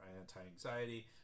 anti-anxiety